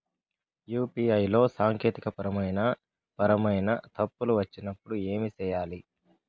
UPI లో సాంకేతికపరమైన పరమైన తప్పులు వచ్చినప్పుడు ఏమి సేయాలి